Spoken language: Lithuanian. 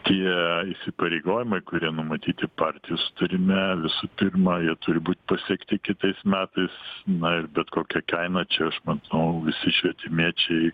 tie įsipareigojimai kurie numatyti partijų sutarime visų pirma jie turi būt pasiekti kitais metais na ir bet kokia kaina čia manau visi švietimiečiai